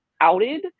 outed